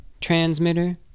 transmitter